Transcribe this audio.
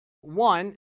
One